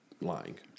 lying